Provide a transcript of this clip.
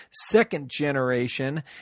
second-generation